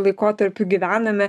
laikotarpiu gyvename